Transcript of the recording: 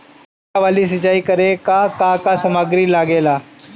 फ़ुहारा वाला सिचाई करे लर का का समाग्री लागे ला?